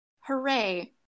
Hooray